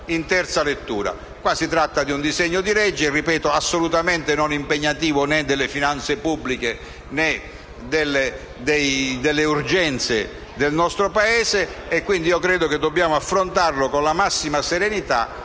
Si tratta di un disegno di legge assolutamente non impegnativo delle finanze pubbliche, né urgente per il nostro Paese, quindi credo che dovremmo affrontarlo con la massima serenità